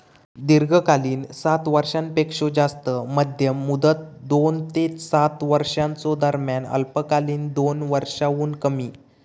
दीर्घकालीन सात वर्षांपेक्षो जास्त, मध्यम मुदत दोन ते सात वर्षांच्यो दरम्यान, अल्पकालीन दोन वर्षांहुन कमी